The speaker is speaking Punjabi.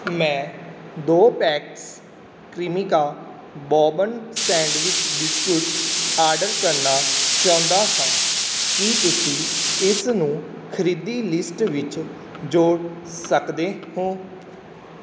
ਮੈਂ ਦੋ packets Cremica bourbon sandwich biscuit order ਕਰਨਾ ਚਾਹੁੰਦਾ ਹਾਂ ਕੀ ਤੁਸੀਂ ਇਸਨੂੰ ਖਰੀਦੀ ਲਿਸਟ ਵਿੱਚ ਜੋੜ ਸਕਦੇ ਹੋ